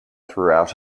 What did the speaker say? throughout